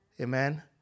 Amen